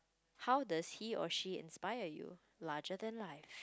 how does he or she inspire you larger than life